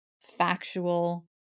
factual